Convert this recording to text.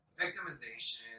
Victimization